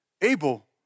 Abel